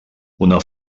una